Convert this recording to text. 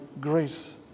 grace